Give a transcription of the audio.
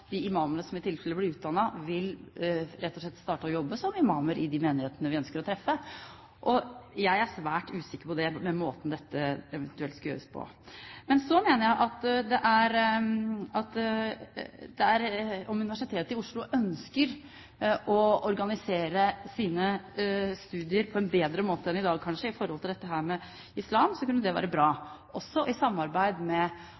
de imamene som i tilfelle blir utdannet, rett og slett vil starte å jobbe som imamer i de menighetene vi ønsker å «treffe». Jeg er svært usikker på det, ut fra måten dette eventuelt skal gjøres på. Men så mener jeg at om Universitet i Oslo kanskje ønsker å organisere sine studier på en bedre måte enn i dag, i forhold til dette med islam, kunne det være bra, også i samarbeid med